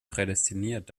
prädestiniert